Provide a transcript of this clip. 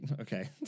Okay